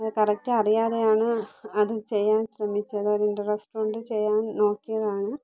അത് കറക്റ്റ് അറിയാതെയാണ് അത് ചെയ്യാൻ ശ്രമിച്ചത് അത് റെസ്പോണ്ട് ചെയ്യാൻ നോക്കിയതാണ്